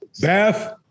Beth